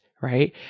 right